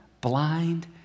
blind